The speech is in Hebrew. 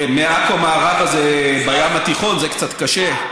מעכו מערבה זה בים התיכון, זה קצת קשה.